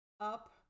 up